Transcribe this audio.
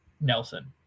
Nelson